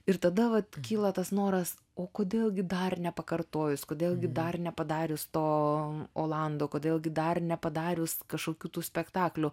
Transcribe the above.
ir tada vat kyla tas noras o kodėl gi dar nepakartojus kodėl gi dar nepadarius to olando kodėl gi dar nepadarius kažkokių tų spektaklių